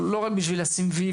ולא כדי לסמן וי,